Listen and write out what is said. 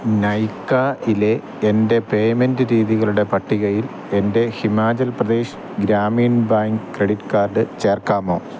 നൈകായിലെ എൻ്റെ പേയ്മെൻറ്റ് രീതികളുടെ പട്ടികയിൽ എൻ്റെ Himachal Pradesh Gramin bank credit card ചേർക്കാമോ